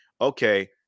Okay